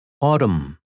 Autumn